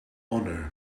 honour